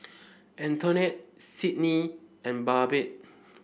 Antonette Sydnie and Babette